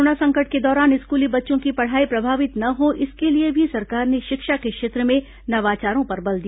corona संकट के दौरान स्कूली बच्चों की पढ़ाई प्रभावित न हो इसके लिए भी सरकार ने शिक्षा के क्षेत्र में नवाचारों पर बल दिया